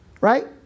Right